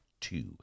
two